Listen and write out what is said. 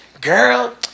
girl